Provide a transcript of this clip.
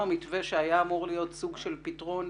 גם המתווה שהיה אמור להיות סוג של פתרון,